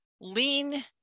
lean